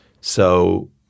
So-